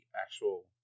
actual